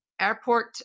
airport